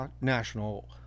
national